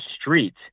street